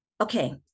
Okay